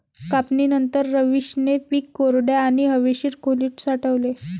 कापणीनंतर, रवीशने पीक कोरड्या आणि हवेशीर खोलीत साठवले